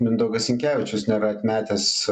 mindaugas sinkevičius nėra atmetęs